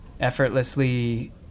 effortlessly